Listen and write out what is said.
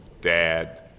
dad